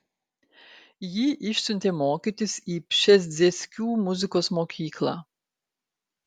jį išsiuntė mokytis į pšezdzieckių muzikos mokyklą